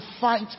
fight